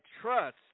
trust